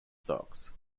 socks